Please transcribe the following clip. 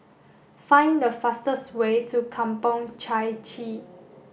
find the fastest way to Kampong Chai Chee